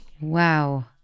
Wow